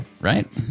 right